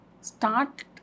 start